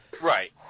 right